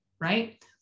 right